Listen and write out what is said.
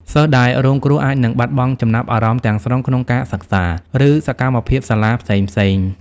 សិស្សដែលរងគ្រោះអាចនឹង បាត់បង់ចំណាប់អារម្មណ៍ ទាំងស្រុងក្នុងការសិក្សា ឬសកម្មភាពសាលាផ្សេងៗ។